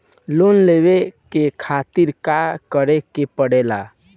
Loan लेवे के खातिर का करे के पड़ेला?